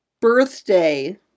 birthday